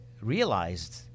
realized